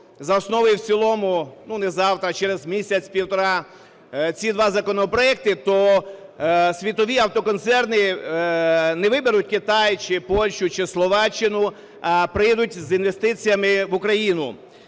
за основу і в цілому, не завтра, а через місяць-півтора, ці два законопроекти, то світові автоконцерни не виберуть Китай чи Польщу, чи Словаччину, а приїдуть з інвестиціями в Україну.